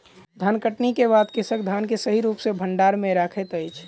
धानकटनी के बाद कृषक धान के सही रूप सॅ भंडार में रखैत अछि